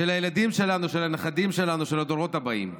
של הילדים שלנו, של הנכדים שלנו, של הדורות הבאים.